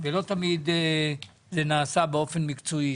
ולא תמיד זה נעשה באופן מקצועי.